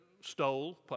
stole